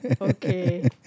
okay